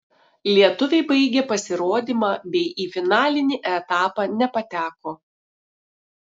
lietuviai baigė pasirodymą bei į finalinį etapą nepateko